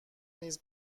نیز